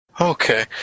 Okay